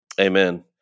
Amen